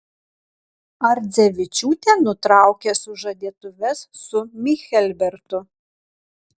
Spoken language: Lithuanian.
ardzevičiūtė nutraukė sužadėtuves su michelbertu